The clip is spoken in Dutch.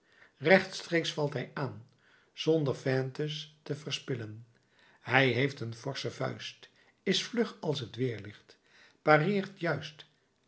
rechtstreeks valt hij aan zonder feintes te verspillen hij heeft een forsche vuist is vlug als t weerlicht pareert juist